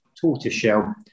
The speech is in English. tortoiseshell